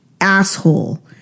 asshole